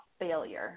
failure